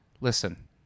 Listen